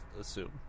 assume